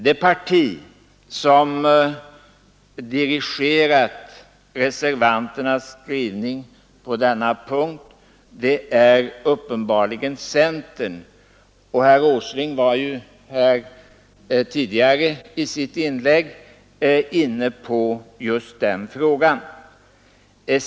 Det parti som dirigerat reservanternas skrivning på denna punkt är uppenbarligen centern, och herr Åsling var ju här tidigare i sitt inlägg inne på just den frågan.